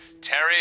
Terry